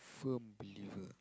firm believer